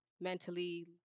mentally